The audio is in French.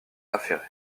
affairé